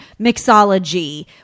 mixology